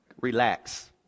Relax